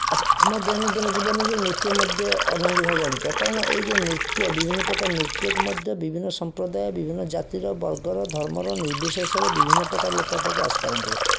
ଆଚ୍ଛା ଆମ ଦୈନନ୍ଦିନ ଜୀବନରେ ନୃତ୍ୟ ମଧ୍ୟ ଅଭାଙ୍ଗି ଭାବେ ଜଡ଼ିତ କାରଣ ଏହି ଯେଉଁ ନୃତ୍ୟ ବିଭିନ୍ନପ୍ରକାର ନୃତ୍ୟକୁ ମଧ୍ୟ ବିଭିନ୍ନ ସମ୍ପ୍ରଦାୟ ବିଭିନ୍ନ ଜାତିର ବର୍ଗର ଧର୍ମର ନିର୍ବିଶେଷରେ ବିଭିନ୍ନପ୍ରକାର ଲୋକ ଏଠାକୁ ଆସିପାରନ୍ତି